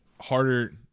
harder